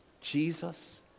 Jesus